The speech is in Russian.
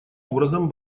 образом